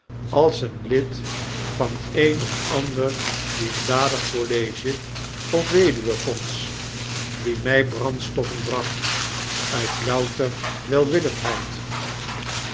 als een lid van een of ander liefdadig college of weduwenfonds die my brandstoffen bracht uit louter